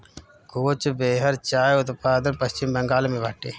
कोच बेहर चाय उद्यान पश्चिम बंगाल में बाटे